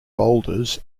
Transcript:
boulders